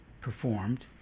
performed